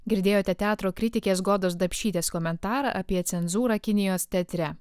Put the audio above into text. girdėjote teatro kryptį jas godos dapšytės komentarą apie cenzūrą kinijos teatre